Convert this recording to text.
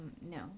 No